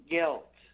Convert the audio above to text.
Guilt